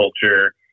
culture